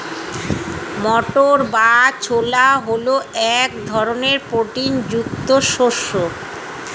মটর বা ছোলা হল এক ধরনের প্রোটিন যুক্ত শস্য